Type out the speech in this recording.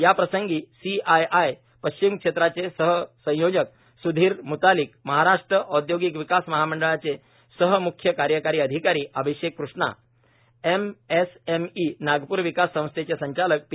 याप्रसंगी सीआयआयच्या पश्चिम क्षेत्राचे सहसंयोजक सुधीर मुतालीकए महाराष्ट्र औदयोगिक विकास महामंडळाचे सह म्ख्य कार्यकारी अधिकारी अभिषेक कृष्णाए एमएसएमई नागपूर विकास संस्थेचे संचालक पी